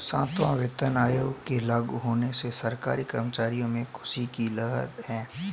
सातवां वेतन आयोग के लागू होने से सरकारी कर्मचारियों में ख़ुशी की लहर है